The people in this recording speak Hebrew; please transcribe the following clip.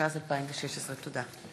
התשע"ז 2016. תודה.